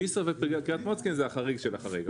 ג'סר וקרית מוצקין זה החריג של החריג.